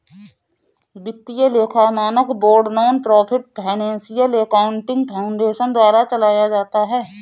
वित्तीय लेखा मानक board nonprofit financial accounting foundation द्वारा चलाया जाता है